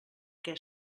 què